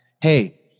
Hey